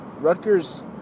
Rutgers